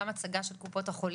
גם הצגה של קופות החולים.